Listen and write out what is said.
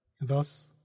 Thus